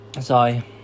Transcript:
sorry